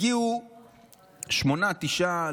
הגיעו שמונה-תשעה,